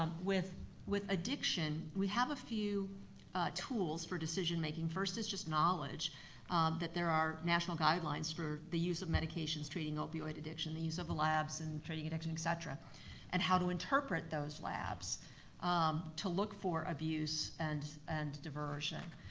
with with addiction, we have a few tools for decision making, first is just knowledge that there are national guidelines for the use of medications treating opioid addiction, the use of labs in treating addiction, et cetera and how to interpret those labs um to look for abuse and and diversion.